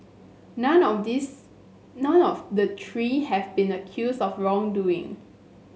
none of this none of the three have been accused of wrongdoing